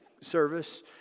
service